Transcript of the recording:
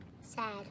Sad